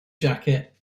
jacket